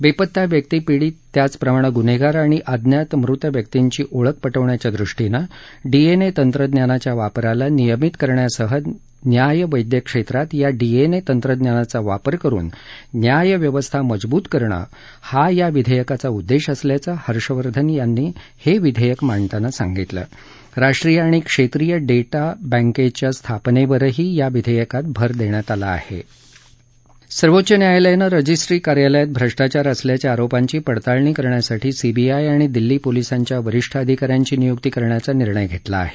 बेपत्ता व्यक्ती पिडीत त्याचप्रमाणे गुन्हेगार आणि अज्ञात मृत व्यक्तींची ओळख पटवण्याच्या दृष्टीनं डीएनए तंत्रज्ञानाच्या वापराला नियमित करण्यासह न्याय वैद्यक क्षेत्रात या डीएनए तंत्रज्ञानाचा वापर करून न्याय व्यवस्था मजबूत करणं हा या विधेयकाचा उद्देश असल्याचं हर्ष वर्धन यांनी हे विधेयक मांडताना सांगितलं राष्ट्रीय आणि क्षेत्रीय डेटा बँकेच्या स्थापनेवरही या विधेयकात भर दिला आहे यामुळे न्याय वैद्यक तपासात मदत होणार आहे सर्वोच्च न्यायालयानं रजिस्ट्री कार्यालयात भ्रष्टाचार असल्याच्या आरोपांची पडताळणी करण्यासाठी सीबीआय आणि दिल्ली पोलिसांच्या वरीष्ठ अधिकाऱ्यांची नियुक्ती करण्याचा निर्णय घेतला आहे